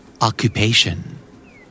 Occupation